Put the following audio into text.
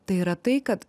tai yra tai kad